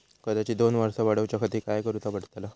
कर्जाची दोन वर्सा वाढवच्याखाती काय करुचा पडताला?